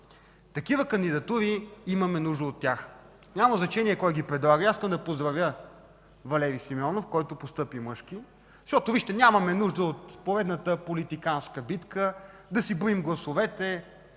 такива кандидатури. Няма значение кой ги предлага. Искам да поздравя Валери Симеонов, който постъпи мъжки. Вижте, нямаме нужда от поредната политиканска битка да си броим гласовете,